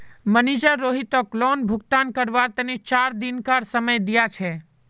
manager रोहितक loan भुगतान करवार तने चार दिनकार समय दिया छे